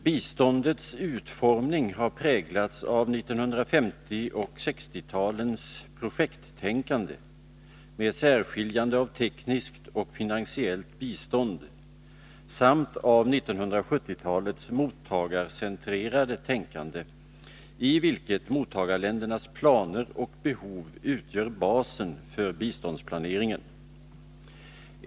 Biståndets utformning har präglats av 1950 och 1960-talens projekttänkande med särskiljande av tekniskt och finansiellt bistånd samt av 1970-talets mottagarcentrerade tänkande, i vilket mottagarländernas planer och behov utgör basen för biståndsplaneringen.